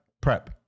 Prep